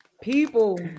People